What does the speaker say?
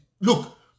look